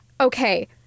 okay